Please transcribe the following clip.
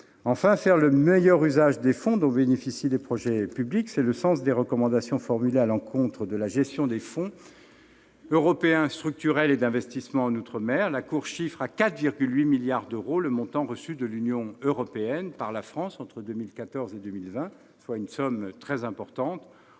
Enfin, faire le meilleur usage des fonds dont bénéficient les projets publics, c'est le sens des recommandations formulées à l'encontre de la gestion des fonds européens structurels et d'investissement en outre-mer. La Cour chiffre à 4,8 milliards d'euros le montant reçu de l'Union européenne par la France, entre 2014 et 2020, soit une somme très élevée.